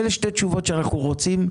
אלה שתי תשובות שאנחנו רוצים,